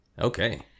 Okay